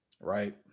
right